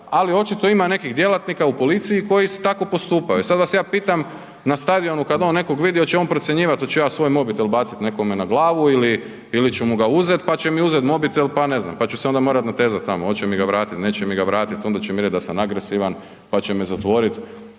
ali očito ima nekih djelatnika u policiji koji tako postupaju, e sad vas ja pitam na stadionu kad on nekog vidi, on će on procjenjivat oću ja svoj mobitel bacit nekome na glavu ili ću mu ga uzet pa će mi uzet mobitel, pa ne znam, pa ću se onda morat natezat tamo, oće mi ga vratit, neće mi ga vratit, onda će mi reć da sam agresivan, pa će me zatvorit